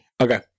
Okay